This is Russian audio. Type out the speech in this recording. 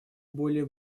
более